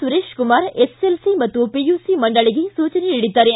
Suresh Kumar SSLC ಮತ್ತು PUC ಮಂಡಳಿಗೆ ಸೂಚನೆ ನೀಡಿದ್ದಾರೆ